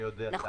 אני יודע.